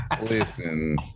Listen